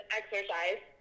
exercise